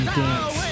dance